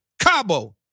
Cabo